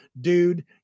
dude